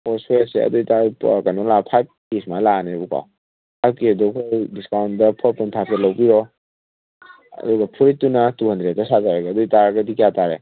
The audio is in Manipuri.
ꯑꯣ ꯁ꯭ꯋꯦꯠꯁꯦ ꯑꯗꯨ ꯑꯣꯏꯇꯥꯔꯒꯗꯤ ꯀꯩꯅꯣ ꯐꯥꯏꯚ ꯀꯦ ꯁꯨꯃꯥꯏꯅ ꯂꯥꯛꯑꯅꯦꯕꯀꯣ ꯐꯥꯏꯚ ꯀꯦꯗꯣ ꯑꯩꯈꯣꯏ ꯗꯤꯁꯀꯥꯎꯟꯗ ꯐꯣꯔ ꯄꯣꯏꯟ ꯐꯥꯏꯚꯇ ꯂꯧꯕꯤꯔꯣ ꯑꯗꯨꯒ ꯐꯨꯔꯤꯠꯇꯨꯅ ꯇꯨ ꯍꯟꯗ꯭ꯔꯦꯗꯇ ꯁꯥꯖꯔꯒꯦ ꯑꯗꯨ ꯑꯣꯏꯇꯥꯔꯒꯗꯤ ꯀꯌꯥ ꯇꯥꯔꯦ